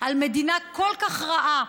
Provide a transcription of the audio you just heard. על מדינה כל כך רעה.